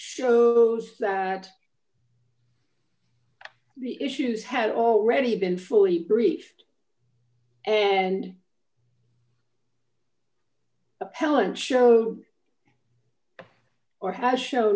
shows that the issues had already been fully briefed and appellant show or has show